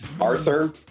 Arthur